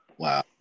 Wow